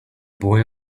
boy